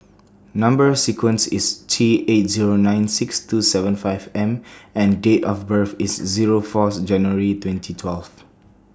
Number sequence IS T eight Zero nine six two seven five M and Date of birth IS Zero Fourth January twenty twelve